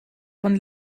von